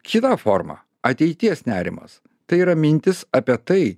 kitą formą ateities nerimas tai yra mintis apie tai